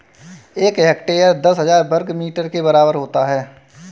एक हेक्टेयर दस हजार वर्ग मीटर के बराबर होता है